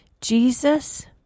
Jesus